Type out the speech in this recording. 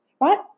right